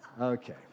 Okay